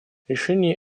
решение